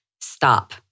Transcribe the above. Stop